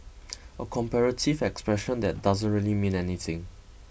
a comparative expression that doesn't really mean anything